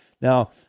now